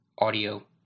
audio